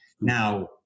Now